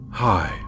Hi